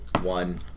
One